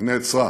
היא נעצרה.